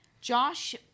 Josh